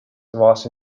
was